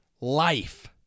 life